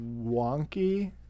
wonky